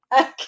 Okay